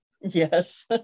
Yes